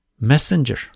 messenger